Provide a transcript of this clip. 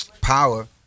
Power